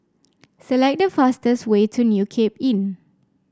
select the fastest way to New Cape Inn